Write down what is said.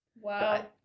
wow